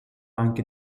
anche